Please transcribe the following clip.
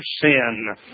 sin